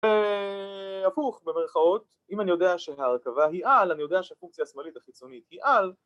הפוך במרכאות אם אני יודע שההרכבה היא על, אני יודע שהפונקציה השמאלית הקיצונית היא על,